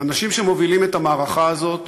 האנשים שמובילים את המערכה הזאת